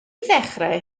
ddechrau